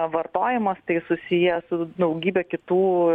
vartojimas tai susiję su daugybe kitų